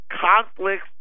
conflicts